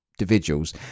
individuals